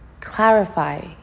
clarify